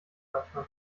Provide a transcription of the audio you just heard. manchmal